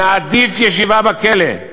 נעדיף ישיבה בכלא.